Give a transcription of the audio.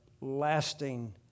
lasting